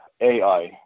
AI